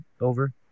over